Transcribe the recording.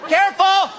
Careful